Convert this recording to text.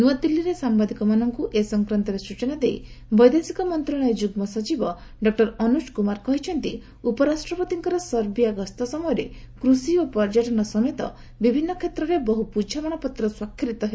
ନୂଆଦିଲ୍ଲୀରେ ସାମ୍ଭାଦିକମାନଙ୍କୁ ଏ ସଂକ୍ରାନ୍ତରେ ସ୍ନଚନା ଦେଇ ବୈଦେଶିକ ମନ୍ତ୍ରଣାଳୟ ଯୁଗ୍ମ ସଚିବ ଡକ୍ଟର ଅନୁକ୍ କୁମାର କହିଛନ୍ତି ଉପରାଷ୍ଟ୍ରପତିଙ୍କର ସେର୍ବିଆ ଗସ୍ତ ସମୟରେ କୃଷି ଓ ପର୍ଯ୍ୟଟନ ସମେତ ବିଭିନ୍ନ କ୍ଷେତ୍ରରେ ବହୁ ବୁଝାମଣାପତ୍ର ସ୍ୱାକ୍ଷରିତ ହେବ